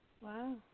Wow